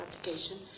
application